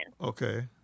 okay